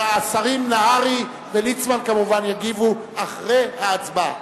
השרים נהרי וליצמן כמובן יגיבו אחרי ההצבעה.